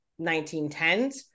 1910s